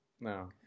no